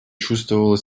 чувствовала